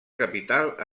capital